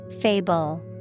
Fable